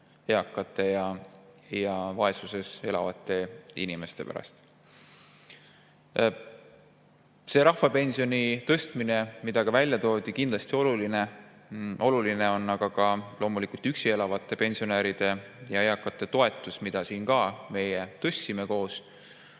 eakate ja vaesuses elavate inimeste pärast. See rahvapensioni tõstmine, mis välja toodi, on kindlasti oluline. Oluline loomulikult on aga ka üksi elavate pensionäride ja eakate toetus, mida siin me koos tõstsime.